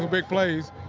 so big plays.